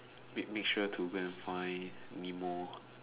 make make sure to go and find nemo